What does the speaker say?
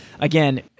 again